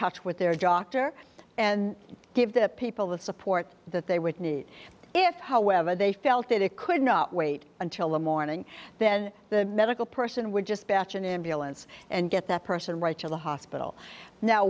touch with their doctor and give the people the support that they would need if however they felt that it could not wait until the morning then the medical person would just batch an ambulance and get that person right to the hospital no